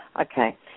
Okay